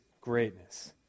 greatness